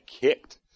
kicked